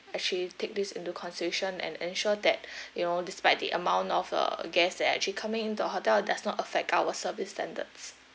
actually take this into consideration and ensure that you know despite the amount of uh guests that actually coming in the hotel does not affect our service standards